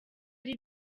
ari